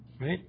Right